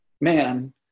man